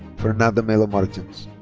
fernanda melo martins.